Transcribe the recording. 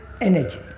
energy –